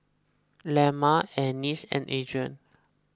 Lemma Ennis and Adrien